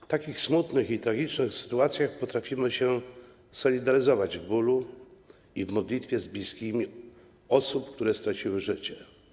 W takich smutnych i tragicznych sytuacjach potrafimy się solidaryzować w bólu i modlitwie z bliskimi osób, które straciły życie.